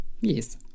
Yes